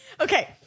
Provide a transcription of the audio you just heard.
Okay